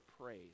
praise